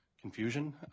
confusion